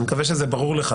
אני מקווה שזה ברור לך,